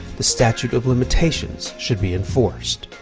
the statute of limitations should be enforced.